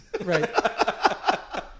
right